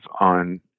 on